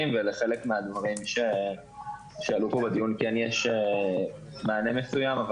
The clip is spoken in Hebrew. ולחלק מהדברים שעלו בדיון הזה כן יש מענה מסוים,